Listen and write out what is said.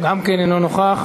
גם כן אינו נוכח.